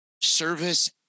Service